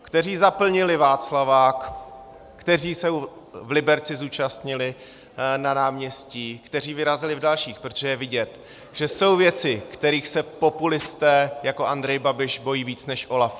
Kteří zaplnili Václavák, kteří se v Liberci zúčastnili na náměstí, kteří vyrazili v dalších, protože je vidět, že jsou věci, kterých se populisté jako Andrej Babiš bojí víc než OLAFu.